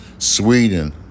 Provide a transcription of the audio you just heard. Sweden